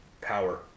power